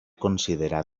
considerar